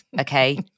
okay